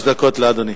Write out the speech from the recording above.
שלוש דקות לאדוני.